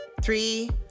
Three